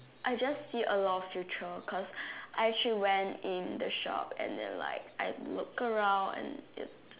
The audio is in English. I just see a lot of future cause I actually went in the shop and then like I look around and it